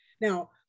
Now